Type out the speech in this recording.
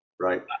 Right